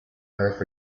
earth